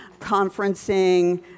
conferencing